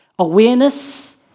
Awareness